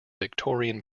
victorian